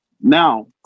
now